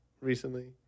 recently